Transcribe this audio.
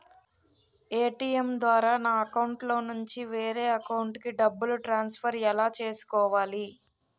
ATM ద్వారా నా అకౌంట్లోనుంచి వేరే అకౌంట్ కి డబ్బులు ట్రాన్సఫర్ ఎలా చేసుకోవాలి?